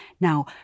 Now